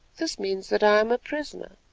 this means that i am a prisoner,